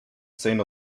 saint